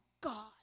God